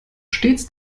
stets